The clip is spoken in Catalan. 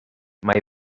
mai